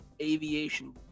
Aviation